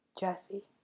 Jesse